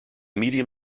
medium